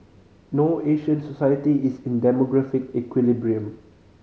no Asian society is in demographic equilibrium